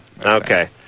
okay